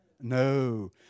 No